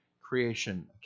creation